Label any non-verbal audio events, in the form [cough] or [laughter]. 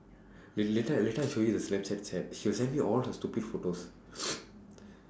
la~ later later I show you the snapchat chat she will send me all her stupid photos [breath]